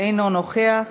אינו נוכח,